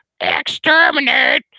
exterminate